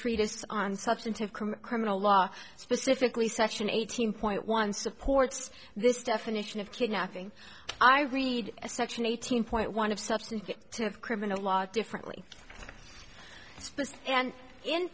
treatise on substantive criminal law specifically section eighteen point one supports this definition of kidnapping i read a section eighteen point one of substance to criminal law differently and in